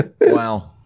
Wow